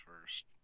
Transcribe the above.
first